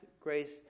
grace